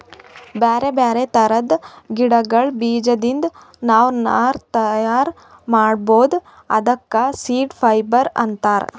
ಬ್ಯಾರೆ ಬ್ಯಾರೆ ಥರದ್ ಗಿಡಗಳ್ ಬೀಜದಿಂದ್ ನಾವ್ ನಾರ್ ತಯಾರ್ ಮಾಡ್ಬಹುದ್ ಅದಕ್ಕ ಸೀಡ್ ಫೈಬರ್ ಅಂತಾರ್